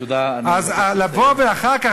אז לבוא אחר כך,